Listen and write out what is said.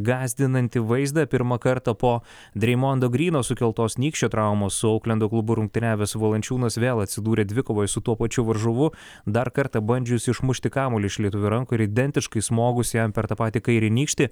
gąsdinantį vaizdą pirmą kartą po dreimondo gryno sukeltos nykščio traumos su auklendo klubu rungtyniavęs valančiūnas vėl atsidūrė dvikovoj su tuo pačiu varžovu dar kartą bandžiusiu išmušti kamuolį iš lietuvių rankų ir identiškai smogus jam per tą patį kairį nykštį